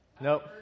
Nope